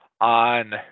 on